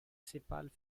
sépales